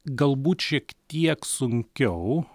galbūt šiek tiek sunkiau